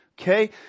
Okay